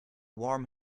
warm